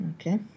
Okay